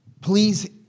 Please